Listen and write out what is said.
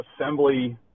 assembly